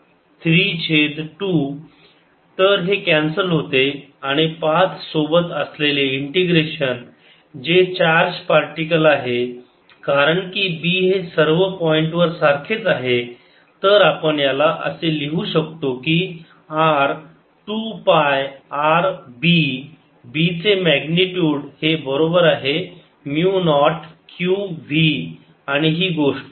dl 00 qv20R2R2v2t2322πRB 0qvR22R2v2t232B 1202π qvR2R2v2t232 तर हे cancel होते आणि पाथ सोबत असलेले इंटिग्रेशन जे चार्ज पार्टिकल आहे कारण की B हे सर्व पॉईंटवर सारखेच आहे तर आपण याला असे लिहू शकतो की R 2 pi R B B चे मॅग्निट्युड हे बरोबर आहे म्यु नॉट q v आणि ही गोष्ट